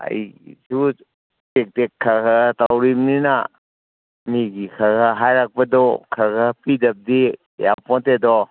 ꯑꯩꯒꯤꯁꯨ ꯇꯦꯛ ꯇꯦꯛ ꯈꯔ ꯈꯔ ꯇꯧꯔꯤꯝꯅꯤꯅ ꯃꯤꯒꯤ ꯈꯔ ꯈꯔ ꯍꯥꯏꯔꯛꯄꯗꯣ ꯈꯔ ꯈꯔ ꯄꯤꯗꯕꯗꯤ ꯌꯥꯄꯣꯟꯇꯦꯗꯣ